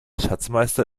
schatzmeister